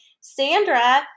Sandra